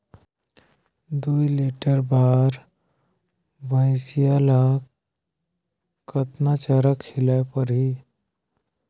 दुई लीटर बार भइंसिया ला कतना चारा खिलाय परही?